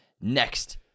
next